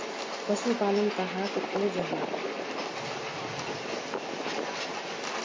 पशुपालन कहाक को जाहा?